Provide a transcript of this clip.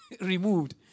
removed